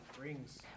Rings